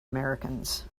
americans